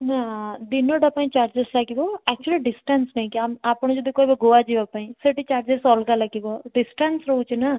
ନା ଦିନଟା ପାଇଁ ଚାର୍ଜେସ୍ ଲାଗିବ ଆକ୍ଚୁଆଲି ଡିଷ୍ଟାନ୍ସ ନେଇକି ଆପଣ ଯଦି କହିବେ ଗୋଆ ଯିବା ପାଇଁ ସେଠି ଚାର୍ଜେସ୍ ଅଲଗା ଲାଗିବ ଡିଷ୍ଟାନ୍ସ ରହୁଛି ନା